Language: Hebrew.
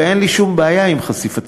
ואין לי שום בעיה עם חשיפתם,